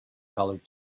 colored